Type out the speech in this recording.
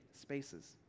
spaces